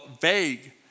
vague